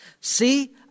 See